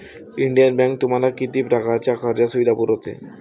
Indian Bank तुम्हाला किती प्रकारच्या कर्ज सुविधा पुरवते?